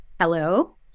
Hello